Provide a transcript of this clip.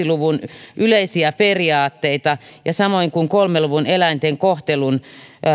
luvun yleisiä periaatteita samoin kuin kolmen luvun eläinten kohtelun